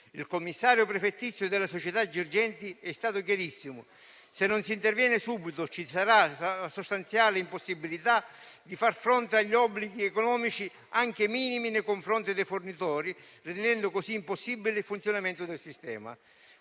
Il commissario prefettizio della società Girgenti Acque è stato chiarissimo: se non si interviene subito, ci sarà la sostanziale impossibilità di far fronte agli obblighi economici, anche minimi, nei confronti dei fornitori, rendendo così impossibile il funzionamento del sistema.